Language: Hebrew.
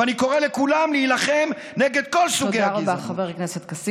ואני קורא לכולם להילחם נגד כל סוגי הגזענות.